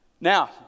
Now